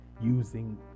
using